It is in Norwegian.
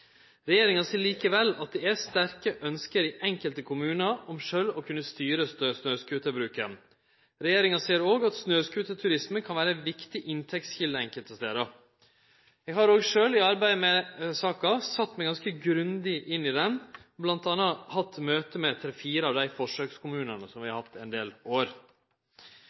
Regjeringa seier likevel at det er sterke ønske i enkelte kommunar om sjølv å kunne styre snøscooterbruken. Regjeringa seier òg at snøscooterturisme kan vere ei viktig inntektskjelde enkelte stader. Eg har òg sjølv i arbeidet med saka sett meg ganske grundig inn i ho, bl.a. hatt møte med tre–fire av dei forsøkskommunane som vi har hatt ein del år.